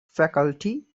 faculty